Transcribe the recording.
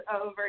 over